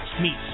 meets